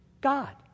God